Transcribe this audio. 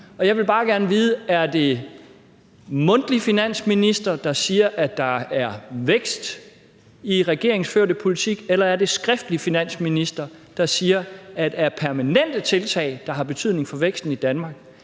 hvem der har ret: Er det den mundtlige finansminister, der siger, at der er vækst i regeringens førte politik, eller er det den skriftlige finansminister, der siger, at af permanente tiltag, der har betydning for væksten i Danmark,